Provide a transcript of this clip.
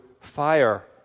fire